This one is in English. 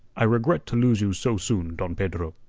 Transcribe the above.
i regret to lose you so soon, don pedro.